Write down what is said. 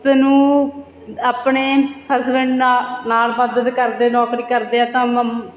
ਤ ਨੂੰ ਆਪਣੇ ਹਸਬੈਂਡ ਨਾ ਨਾਲ ਮਦਦ ਕਰਦੇ ਨੌਕਰੀ ਕਰਦੇ ਹਾਂ ਤਾਂ ਮਮ